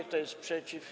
Kto jest przeciw?